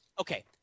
Okay